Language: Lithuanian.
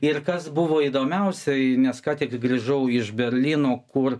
ir kas buvo įdomiausia nes ką tik grįžau iš berlyno kur